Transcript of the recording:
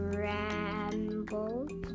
rambled